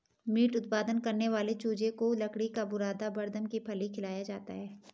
meet उत्पादन करने वाले चूजे को लकड़ी का बुरादा बड़दम की फली खिलाया जाता है